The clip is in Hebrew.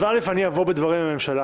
א', אני אבוא בדברים עם הממשלה